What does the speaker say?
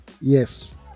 yes